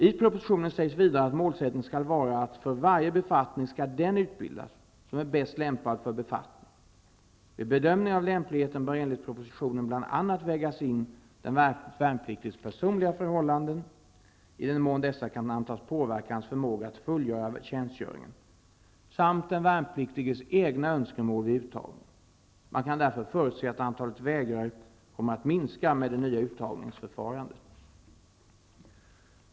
I propositionen sägs vidare att målsättningen skall vara att för varje befattning skall den utbildas, som är bäst lämpad för befattningen. Vid bedömningen av lämpligheten bör enligt propositionen bl.a. vägas in den värnpliktiges personliga förhållanden, i den mån dessa kan antas påverka hans förmåga att fullgöra tjänstgöringen, samt den värnpliktiges egna önskemål vid uttagningen. Man kan därför förutse att antalet vägrare kommer att minska med det nya uttagningsförfarandet.